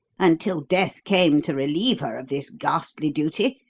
until death came to relieve her of this ghastly duty,